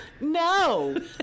No